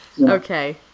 Okay